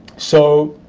so